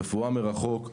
רפואה מרחוק,